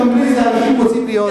אנשים רוצים להיות.